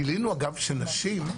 גילינו שנשים,